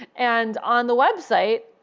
and on the website,